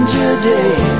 today